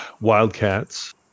wildcats